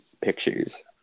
pictures